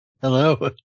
Hello